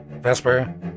Vesper